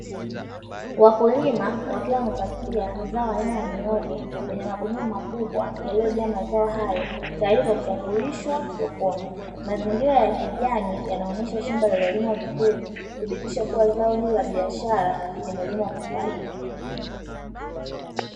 Wakulima wakiwa wamepakia zao aina ya mihogo kwenye magunia makubwa yaliyojaa mazao hayo tayari kwa kusafirishwa sokoni. Mazingira ya kijani yanaonyesha shamba lililolimwa kuthibitisha kuwa zao hili la biashara limelimwa kufaidi.